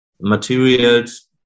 materials